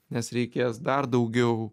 nes reikės dar daugiau